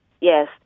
yes